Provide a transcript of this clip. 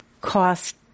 cost